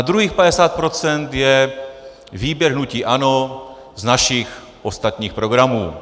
Druhých 50 % je výběr hnutí ANO z našich ostatních programů.